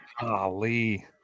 golly